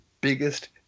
biggest